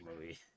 movie